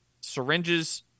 syringes